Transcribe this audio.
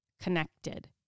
connected